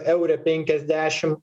eure penkiasdešim